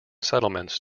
settlements